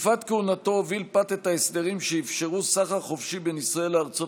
בתקופת כהונתו הוביל פת את ההסדרים שאפשרו סחר חופשי בין ישראל לארצות